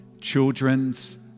children's